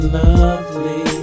lovely